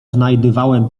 znajdywałem